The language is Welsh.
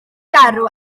garw